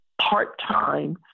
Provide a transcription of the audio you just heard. part-time